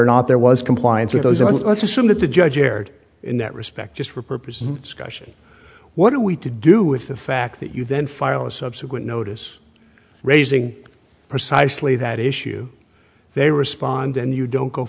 or not there was compliance with those let's assume that the judge erred in that respect just for purposes scrushy what are we to do with the fact that you then file a subsequent notice raising precisely that issue they respond and you don't go